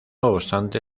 obstante